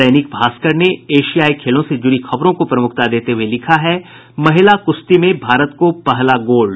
दैनिक भास्कर ने एशियाई खेलों से जुड़ी खबरों को प्रमुखता देते हुए लिखा है महिला कृश्ती में भारत को पहला गोल्ड